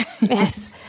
Yes